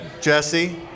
jesse